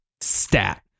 stat